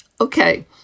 Okay